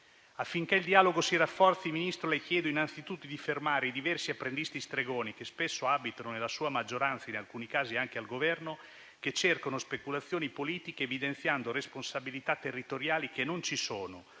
Affinché il dialogo si rafforzi, signor Ministro, le chiedo innanzitutto di fermare i diversi apprendisti stregoni che spesso abitano nella sua maggioranza, in alcuni casi anche al Governo, che cercano speculazioni politiche, evidenziando responsabilità territoriali che non ci sono